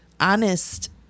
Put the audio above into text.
honest